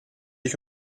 ich